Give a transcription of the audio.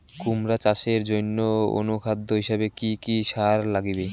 কুমড়া চাষের জইন্যে অনুখাদ্য হিসাবে কি কি সার লাগিবে?